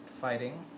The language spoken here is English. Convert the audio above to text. fighting